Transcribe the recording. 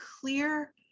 clear